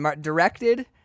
directed